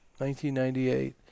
1998